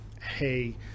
hey